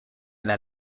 that